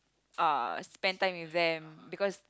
uh spend time with them because